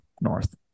north